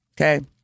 Okay